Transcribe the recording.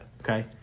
okay